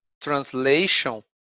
translation